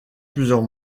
plusieurs